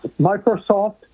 Microsoft